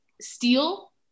steel